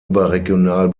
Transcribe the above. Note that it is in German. überregional